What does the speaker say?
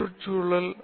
சுற்றுச்சூழல்